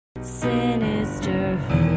Sinister